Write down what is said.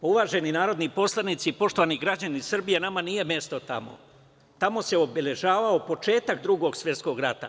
Uvaženi narodni poslanici, poštovani građani Srbije, nama nije mesto tamo, tamo se obeležavao početak Drugog svetskog rata.